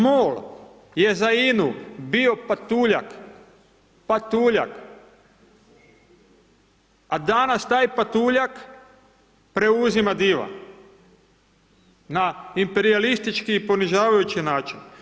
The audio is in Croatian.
MOL je za INA-u bio patuljak, patuljak, a danas taj patuljak preuzima diva na imperijalistički ponižavajući način.